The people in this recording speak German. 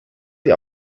sie